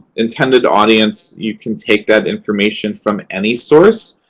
intended audience you can take that information from any source.